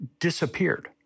disappeared